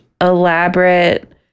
elaborate